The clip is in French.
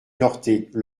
norte